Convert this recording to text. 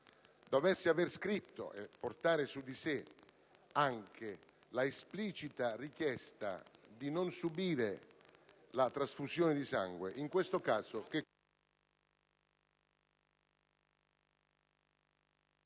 carità), aver scritto e portare su di sé la esplicita richiesta di non subire una trasfusione di sangue,